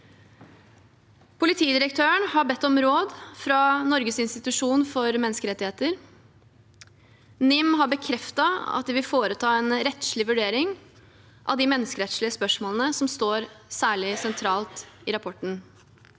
Politidirektøren har bedt om råd fra Norges institusjon for menneskerettigheter, NIM. NIM har bekreftet at de vil foreta en rettslig vurdering av de menneskerettslige spørsmålene som står særlig sentralt i rapporten.